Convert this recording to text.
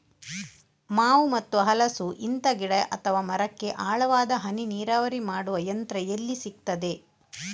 ಮಾವು ಮತ್ತು ಹಲಸು, ಇಂತ ಗಿಡ ಅಥವಾ ಮರಕ್ಕೆ ಆಳವಾದ ಹನಿ ನೀರಾವರಿ ಮಾಡುವ ಯಂತ್ರ ಎಲ್ಲಿ ಸಿಕ್ತದೆ?